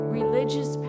religious